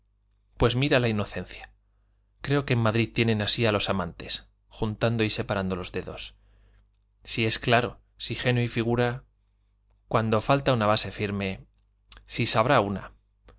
pues mira la inocencia creo que en madrid tiene así los amantes juntando y separando los dedos si es claro si genio y figura cuando falta una base firme si sabrá una